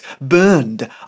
burned